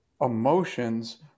emotions